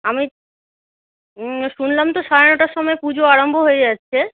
আমি হুম শুনলাম তো সাড়ে নটার সময় পুজো আরম্ভ হয়ে যাচ্ছে